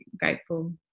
grateful